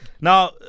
Now